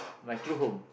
my true home